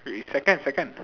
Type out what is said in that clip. wait is second second